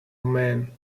man